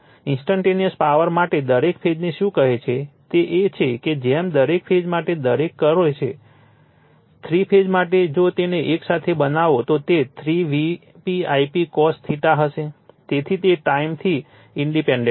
instantaneous power માટે દરેક ફેઝને શું કહે છે તે એ છે કે જેમ દરેક ફેઝ માટે દરેક કરે છે થ્રી ફેઝ માટે જો તેને એકસાથે બનાવો તો તે 3 Vp Ip cos હશે તેથી તે ટાઇમથી ઇંડિપેંડેન્ટ છે